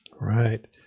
Right